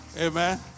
Amen